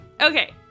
Okay